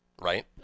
right